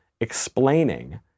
explaining